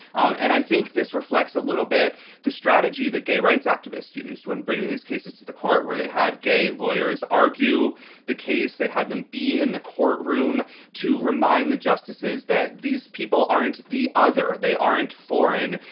um and i think this reflects a little bit the strategy that gay rights activists used when bringing these cases to the court where they had gay lawyers argue the case they had them be in the courtroom to remind the justices that these people aren't the other they aren't foreign.